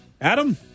Adam